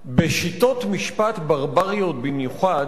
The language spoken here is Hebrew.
בשיטות משפט ברבריות במיוחד,